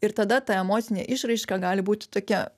ir tada ta emocinė išraiška gali būti tokia